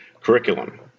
curriculum